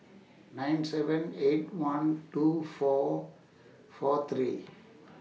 nine seven eight one two four four three